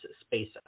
space